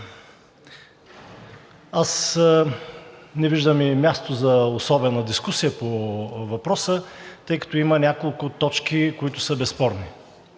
Аз не виждам и място за особена дискусия по въпроса, тъй като има няколко точки, които са безспорни.